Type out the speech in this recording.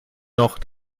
noch